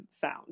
sound